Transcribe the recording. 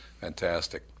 Fantastic